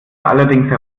allerdings